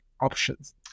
options